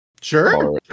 Sure